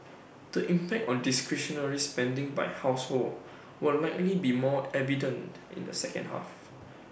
the impact on discretionary spending by households will likely be more evident in the second half